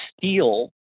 steal